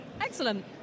Excellent